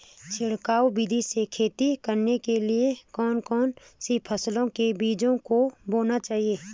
छिड़काव विधि से खेती करने के लिए कौन कौन सी फसलों के बीजों को बोना चाहिए?